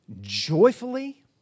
joyfully